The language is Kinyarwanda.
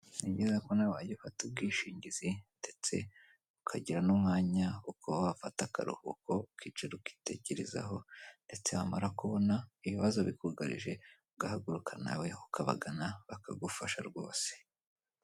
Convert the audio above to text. Ni byiza ko nawe wajya ufata ubwishingizi ndetse ukagira n'umwanya wo kuba wafata akaruhuko ukicara ukitekerezaho ndetse wamara kubona ibibazo bikugarije ugahaguruka nawe ukabagana bakagufasha rwose.